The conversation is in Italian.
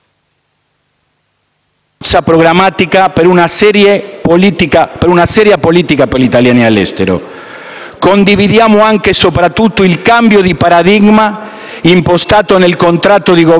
bozza programmatica per una seria politica per gli italiani all'estero. Condividiamo anche e soprattutto il cambio di paradigma impostato nel contratto di Governo